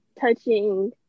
touching